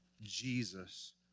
Jesus